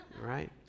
Right